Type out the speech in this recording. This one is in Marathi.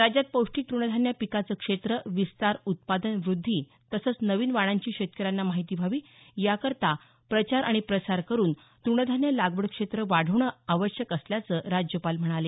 राज्यात पौष्टिक तृणधान्य पिकाचं क्षेत्र विस्तार उत्पादन वृद्धी तसंच नवीन वाणांची शेतकऱ्यांना माहिती व्हावी याकरता प्रचार आणि प्रसार करुन तृणधान्य लागवड क्षेत्र वाढवणं आवश्यक असल्याचं राज्यपाल म्हणाले